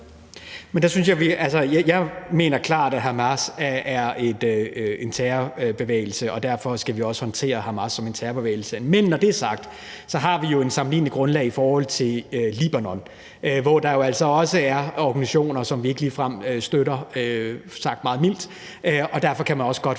Jeg mener klart, at Hamas er en terrorbevægelse, og derfor skal vi også håndtere Hamas som en terrorbevægelse. Men når det er sagt, har vi jo et sammenligneligt grundlag i forhold til Libanon, hvor der altså også er organisationer, som vi ikke ligefrem støtter, sagt meget mildt, men man kan også godt